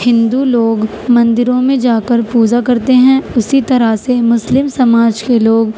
ہندو لوگ مندروں میں جا کر پوجا کرتے ہیں اسی طرح سے مسلم سماج کے لوگ